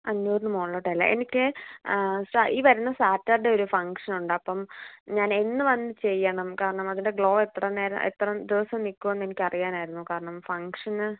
അഞ്ഞൂറിന് മുകളിലോട്ട് അല്ലെ എനിക്ക് ഈ വരുന്ന സാറ്റർഡെ ഒരു ഫങ്ങ്ഷൻ ഉണ്ട് അപ്പം ഞാൻ എന്ന് വന്നു ചെയ്യണം കാരണം അതിന്റെ ഗ്ലോ എത്ര നേരം എത്ര ദിവസം നിൽക്കും എന്ന് എനിക്ക് അറിയണമായിരുന്നു കാരണം ഫങ്ഷന്